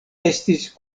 estis